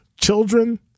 children